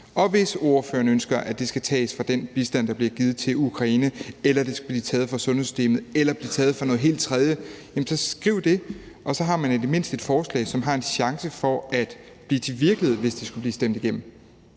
Og hvis ordføreren ønsker, at det skal tages fra den bistand, der bliver givet til Ukraine, eller det skal blive taget fra sundhedssystemet eller blive taget fra noget helt tredje, så skriv det, og så har man i det mindste et forslag, som har en chance for at blive til virkelighed, hvis det skulle blive stemt igennem.